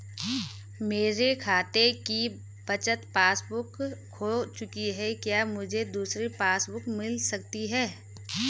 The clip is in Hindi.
मेरे खाते की बचत पासबुक बुक खो चुकी है क्या मुझे दूसरी पासबुक बुक मिल सकती है?